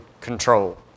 control